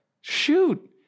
shoot